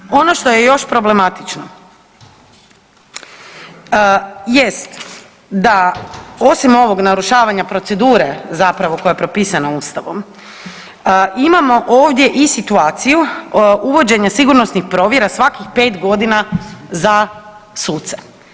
Dakle, ono što je još problematično jest da osim ovog narušavanja procedure zapravo koja je propisana ustavom imamo ovdje i situaciju uvođenja sigurnosnih provjera svakih 5.g. za suca.